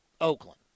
Oakland